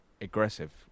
aggressive